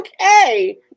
Okay